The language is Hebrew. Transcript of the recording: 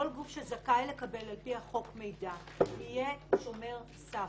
כל גוף שזכאי לקבל מידע לפי החוק יהיה שומר סף.